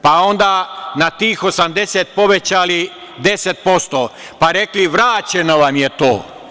Pa onda, na tih 80, povećali 10%, pa rekli - vraćeno vam je to.